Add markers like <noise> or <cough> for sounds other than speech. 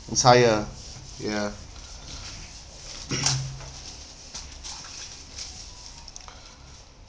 entire ya <breath> <coughs> <breath>